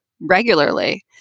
regularly